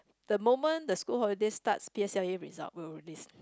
the moment the school holiday starts P_S_L_E result will release